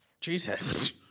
Jesus